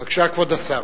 בבקשה, כבוד השר.